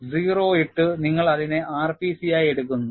0 ഇട്ടു നിങ്ങൾ അതിനെ rpc ആയി എടുക്കുന്നു